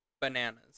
Bananas